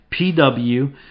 PW